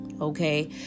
okay